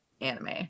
anime